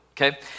okay